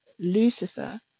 Lucifer